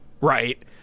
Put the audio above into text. right